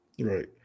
Right